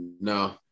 no